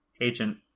agent